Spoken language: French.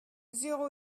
zéro